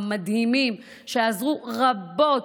שעזרו רבות